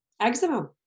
Eczema